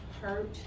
hurt